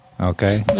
Okay